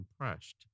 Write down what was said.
compressed